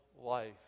life